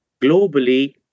Globally